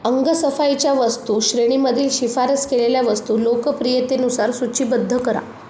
अंगसफाईच्या वस्तू श्रेणीमधील शिफारस केलेल्या वस्तू लोकप्रियतेनुसार सूचीबद्ध करा